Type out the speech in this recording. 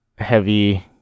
heavy